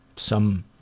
some